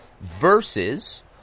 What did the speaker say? versus